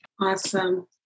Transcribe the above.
Awesome